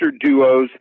duos